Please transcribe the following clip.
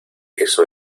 eso